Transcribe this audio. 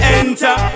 enter